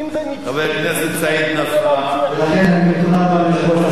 חבר הכנסת סעיד נפאע, ולכן אני, לסבלנות שלך.